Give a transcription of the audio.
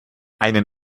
einen